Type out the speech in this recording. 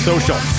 social